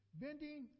bending